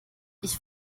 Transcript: ich